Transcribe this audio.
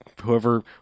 whoever